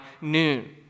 noon